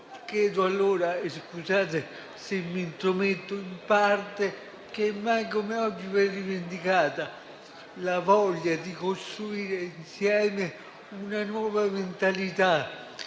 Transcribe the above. Chiedo allora - scusate se mi intrometto in parte - che mai come oggi venga rivendicata la voglia di costruire insieme una nuova mentalità